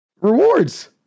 Rewards